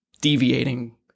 deviating